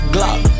Glock